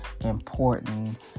important